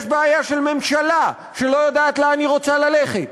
יש בעיה של ממשלה שלא יודעת לאן היא רוצה ללכת,